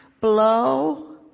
blow